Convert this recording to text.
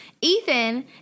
Ethan